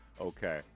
Okay